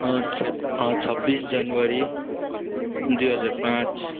छे छब्बीस जनवरी दुई हजार पाँच